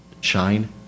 Shine